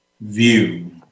view